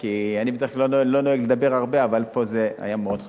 כי אני בדרך כלל לא נוהג לדבר הרבה אבל פה זה היה מאוד חשוב.